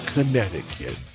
Connecticut